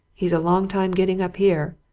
he's a long time getting up here.